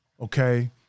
okay